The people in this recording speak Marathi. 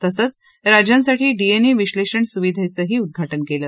तसंच राज्यांसाठी डीएनए विश्लेषण सुविधेचंही उद्वाज केलं